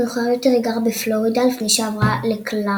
מאוחר יותר היא גרה בפלורידה לפני שעברה לקלארקסוויל,